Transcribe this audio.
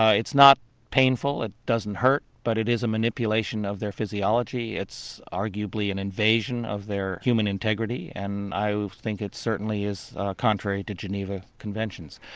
it's not painful, it doesn't hurt but it is a manipulation of their physiology, it's arguably an invasion of their human integrity and i would think it certainly is contrary to geneva conventions.